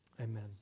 Amen